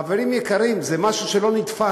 חברים יקרים, זה משהו שלא נתפס.